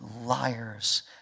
liars